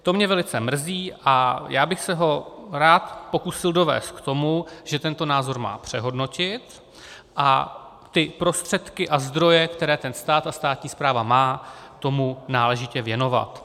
To mě velice mrzí a já bych se ho rád pokusil dovést k tomu, že tento názor má přehodnotit a prostředky a zdroje, které stát a státní správa má, tomu náležitě věnovat.